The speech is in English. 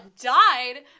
died